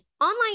online